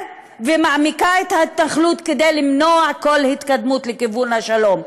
ומעמיקה את ההתנחלות כדי למנוע כל התקדמות לכיוון השלום.